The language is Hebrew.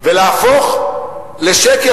ולהפוך לשקר,